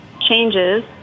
changes